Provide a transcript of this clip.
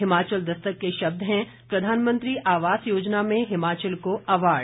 हिमाचल दस्तक के शब्द हैं प्रधानमंत्री आवास योजना में हिमाचल को अवार्ड